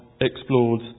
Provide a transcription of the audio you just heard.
explored